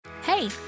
hey